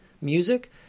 music